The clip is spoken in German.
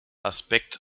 aspekt